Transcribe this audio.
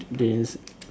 didn't s~